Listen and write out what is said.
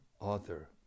author